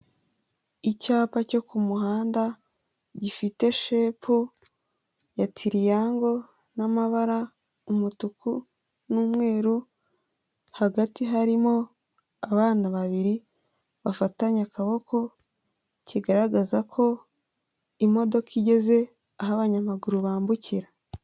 Icyapa cyo ku muhanda gifite shepu ya tiriyango n'amabara umutuku n'umweru hagati harimo abana babiri bafatanye akaboko kigaragaza ko imodoka igeze aho abanyamaguru bambukira.